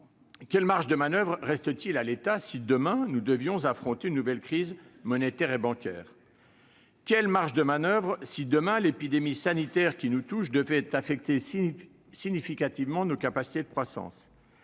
quelle marge de manoeuvre resterait-il à l'État si demain nous devions affronter une nouvelle crise monétaire et bancaire ? Quelle marge de manoeuvre si l'épidémie sanitaire qui nous touche devait affecter significativement nos capacités de croissance ?